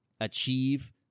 achieve